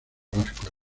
vasco